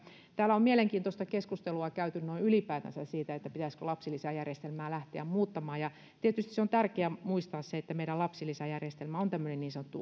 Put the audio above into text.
täällä on mielenkiintoista keskustelua käyty noin ylipäätänsä siitä pitäisikö lapsilisäjärjestelmää lähteä muuttamaan ja tietysti on tärkeää muistaa että meidän lapsilisäjärjestelmä on tämmöinen niin sanottu